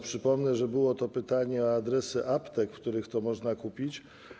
Przypomnę, że było to pytanie o adresy aptek, w których to można kupić.